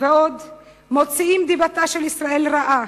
ועוד מוציאים דיבתה של ישראל רעה,